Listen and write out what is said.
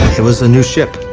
it was a new ship.